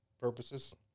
purposes